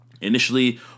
Initially